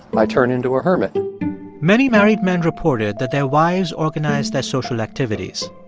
i turn into a hermit many married men reported that their wives organized their social activities.